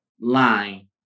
line